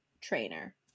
trainer